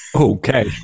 Okay